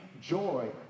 joy